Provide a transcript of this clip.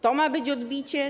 To ma być odbicie?